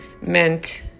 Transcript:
meant